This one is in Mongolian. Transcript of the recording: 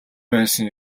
байсан